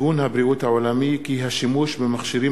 ארגון הבריאות העולמי כי השימוש במכשירים